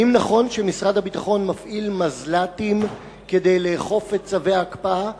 האם נכון שמשרד הביטחון מפעיל מזל"טים כדי לאכוף את צווי ההקפאה?